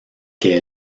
que